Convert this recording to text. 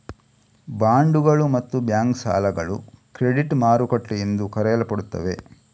ಬಾಂಡುಗಳು ಮತ್ತು ಬ್ಯಾಂಕ್ ಸಾಲಗಳು ಕ್ರೆಡಿಟ್ ಮಾರುಕಟ್ಟೆ ಎಂದು ಕರೆಯಲ್ಪಡುತ್ತವೆ